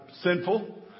sinful